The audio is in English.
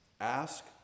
ask